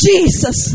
Jesus